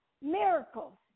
miracles